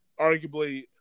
arguably